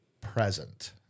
present